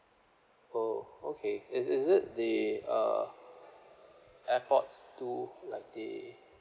oh okay is is it the uh airpods two like the